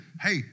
hey